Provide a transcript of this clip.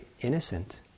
innocent